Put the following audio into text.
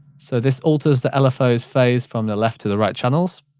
so this alters the lfo's phase from the left to the right channels.